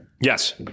Yes